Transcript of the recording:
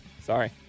sorry